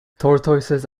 tortoises